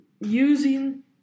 using